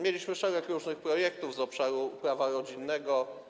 Mieliśmy szereg różnych projektów z obszaru prawa rodzinnego.